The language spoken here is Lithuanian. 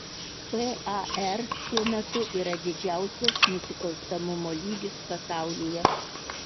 par šiuo metu yra didžiausias nusikalstamumo lygis pasaulyje